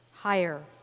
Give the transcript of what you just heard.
higher